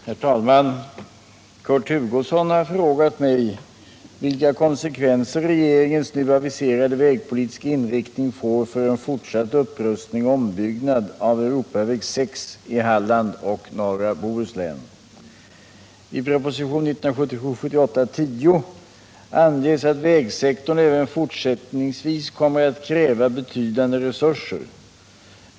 Herr talman! Kurt Hugosson har frågat mig vilka konsekvenser regeringens nu aviserade vägpolitiska inriktning får för en fortsatt upprustning och ombyggnad av Europaväg 6 i Halland och norra Bohuslän. I propositionen 1977/78:10 anges att vägsektorn även fortsättningsvis kommer att kräva betydande resurser.